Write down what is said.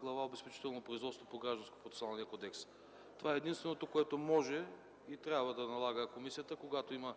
Глава „Обезпечително производство” по Гражданскопроцесуалния кодекс. Това е единственото, което може и трябва да налага комисията, когато има